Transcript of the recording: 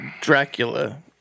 Dracula